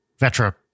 Vetra